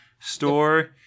store